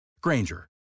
Granger